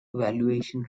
valuation